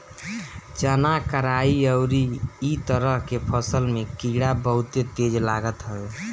चना, कराई अउरी इ तरह के फसल में कीड़ा बहुते तेज लागत हवे